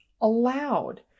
allowed